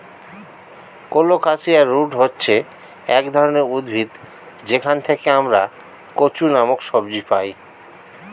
colocasia root হচ্ছে এক ধরনের উদ্ভিদ যেখান থেকে আমরা কচু নামক সবজি পাই